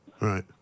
Right